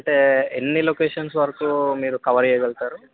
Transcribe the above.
అంటే ఎన్ని లొకేషన్స్ వరకు మీరు కవర్ చేయగలుగుతారు